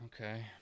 Okay